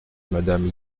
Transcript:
madame